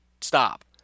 stop